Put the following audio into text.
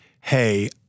hey